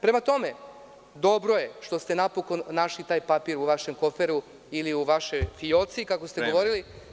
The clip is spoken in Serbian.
Prema tome, dobro je što ste napokon našli taj papir u vašem koferu ili u vašoj fioci, kako ste govorili.